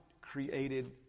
created